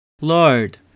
Lord